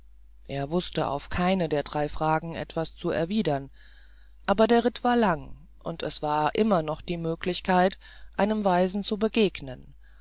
er wußte auf keine der drei fragen etwas zu erwidern aber der ritt war lang und es war immer noch die möglichkeit einem weisen zu begegnen